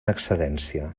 excedència